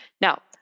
Now